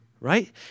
Right